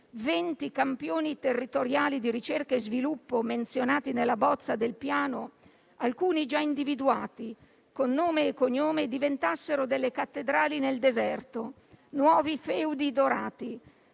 20 campioni territoriali di ricerca e sviluppo menzionati nella bozza del Piano, alcuni già individuati con nome e cognome, diventassero delle cattedrali nel deserto, nuovi feudi dorati,